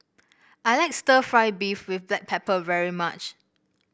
I like stir fry beef with Black Pepper very much